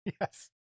Yes